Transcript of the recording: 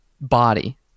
body